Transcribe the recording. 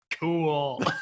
cool